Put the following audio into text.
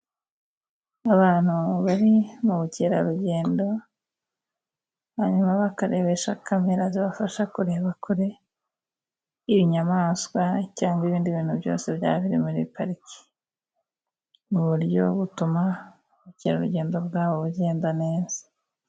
Abantu bari mu bukerarugendo, hanyuma bakarebesha kamera zibafasha kureba kure, inyamaswa cyangwa ibindi bintu byose bya biri muri pariki. Mu buryo butuma ubukerarugendo bwabo bugenda neza.